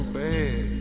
bad